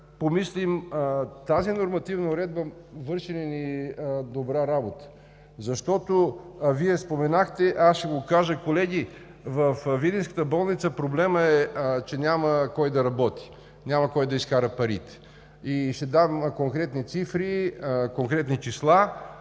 помислим тази нормативна уредба върши ли ни добра работа. Защото Вие споменахте, аз ще го кажа: колеги, във видинската болница проблемът е, че няма кой да работи, няма кой да изкара парите. Ще дам конкретни цифри, конкретни числа.